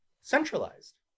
centralized